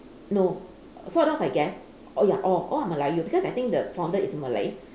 no sort of I guess oh ya all all are melayu because I think the founder is Malay